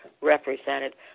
represented